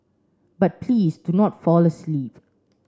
but please do not fall asleep